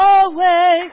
away